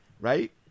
Right